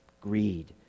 greed